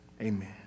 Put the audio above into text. Amen